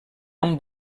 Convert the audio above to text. amb